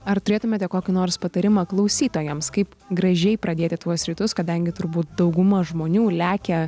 ar turėtumėte kokį nors patarimą klausytojams kaip gražiai pradėti tuos rytus kadangi turbūt dauguma žmonių lekia